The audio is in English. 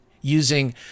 using